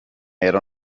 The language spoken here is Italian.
era